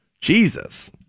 Jesus